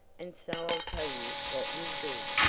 and so i'll tell you what we'll do.